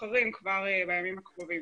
המשוחררים כבר בימים הקרובים.